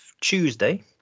Tuesday